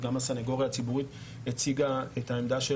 וגם הסנגוריה הציבורית הציגה את עמדתה.